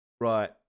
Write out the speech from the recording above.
Right